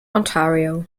ontario